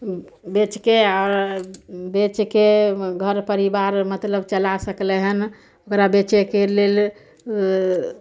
बेचके आ बेचके घर परिवार मतलब चला सकलै हन ओकरा बेचैके लेल